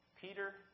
Peter